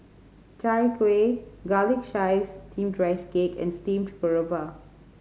Chai Kueh garlic chives steamed cake and steamed garoupa